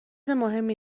مهمی